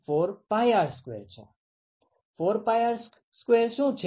4πR2 શું છે